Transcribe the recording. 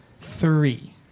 Three